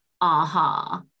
aha